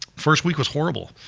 first week was horrible.